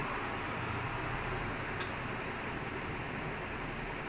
ya they are like bored no brawless of them all